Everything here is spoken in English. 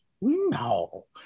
No